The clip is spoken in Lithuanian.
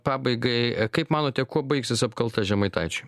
pabaigai kaip manote kuo baigsis apkalta žemaitaičiui